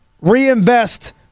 reinvest